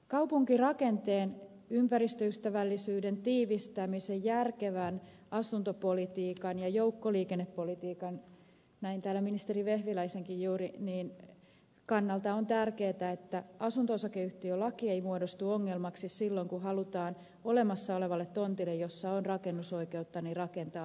kaupunkirakenteen ympäristöystävällisyyden tiivistämisen järkevän asuntopolitiikan ja joukkoliikennepolitiikan näin täällä ministeri vehviläisenkin juuri kannalta on tärkeätä että asunto osakeyhtiölaki ei muodostu ongelmaksi silloin kun halutaan olemassa olevalle tontille jolla on rakennusoikeutta rakentaa lisää